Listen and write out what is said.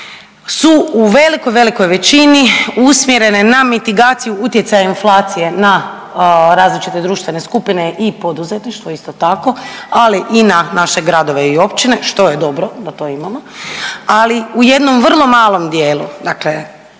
su u velikoj, velikoj većini usmjerene na mitigaciju utjecaja inflacije na različite društvene skupine i poduzetništvo isto tako, ali i na naše gradove i općine što je dobro da to imamo, ali u jednom vrlo malom dijelu